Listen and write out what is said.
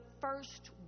first